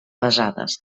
pesades